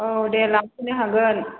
औ दे लांफैनो हागोन